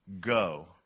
go